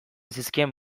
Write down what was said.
zizkien